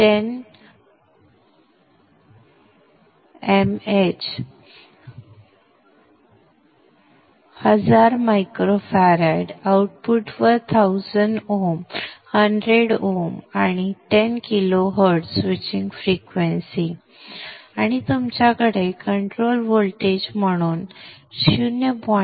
10 mH हजार μF आउटपुटवर 100Ω आणि 10 kHz स्विचिंग फ्रिक्वेन्सी आणि तुमच्याकडे कंट्रोल व्होल्टेज म्हणून 0